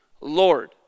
Lord